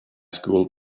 school